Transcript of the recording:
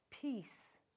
Peace